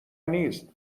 نیست